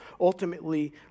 ultimately